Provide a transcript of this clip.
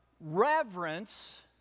reverence